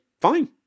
fine